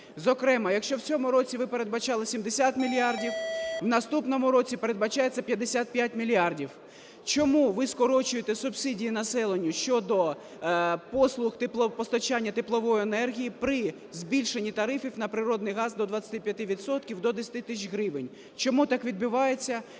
Зокрема, якщо в цьому році ви передбачали 70 мільярдів, в наступному році передбачається 55 мільярдів. Чому ви скорочуєте субсидії населенню щодо послуг… постачання теплової енергії при збільшенні тарифів на природний газ до 25 відсотків – до 10 тисяч гривень? Чому так відбувається,